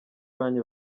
banki